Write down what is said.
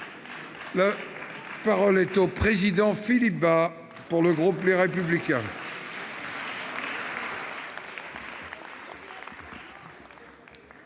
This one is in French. La parole est à M. Philippe Bas, pour le groupe Les Républicains.